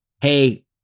hey